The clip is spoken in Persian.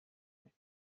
کنید